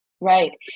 right